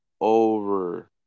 over